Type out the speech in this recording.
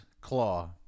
claw